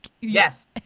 yes